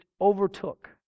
overtook